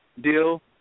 deal